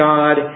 God